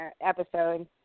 episode